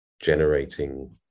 generating